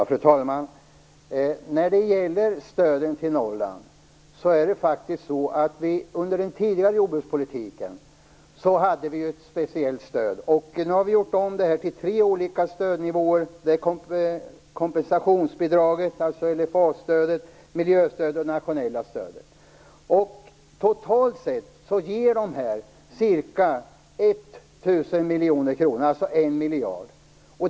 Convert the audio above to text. Fru talman! Under den tidigare jordbrukspolitiken hade vi ett speciellt stöd till Norrland. Nu har vi gjort om det till tre olika stödnivåer. Det är kompensationsbidraget, alltså LFA-stödet, miljöstödet och det nationella stödet. Totalt sett ger dessa ca 1 000 miljoner kronor, alltså 1 miljard.